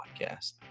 podcast